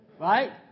Right